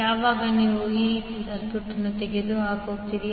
ಯಾವಾಗ ನೀವು ಈ ರೀತಿಯ ಸರ್ಕ್ಯೂಟ್ ಅನ್ನು ತೆಗೆದುಹಾಕುತ್ತೀರಿ